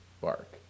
bark